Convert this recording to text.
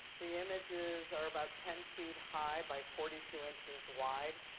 the images are about ten feet high by forty two inches wide.